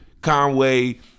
Conway